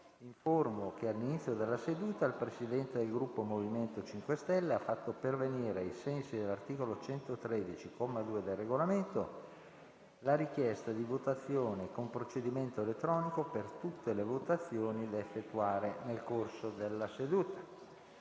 che all'inizio della seduta il Presidente del Gruppo MoVimento 5 Stelle ha fatto pervenire, ai sensi dell'articolo 113, comma 2, del Regolamento, la richiesta di votazione con procedimento elettronico per tutte le votazioni da effettuare nel corso della seduta.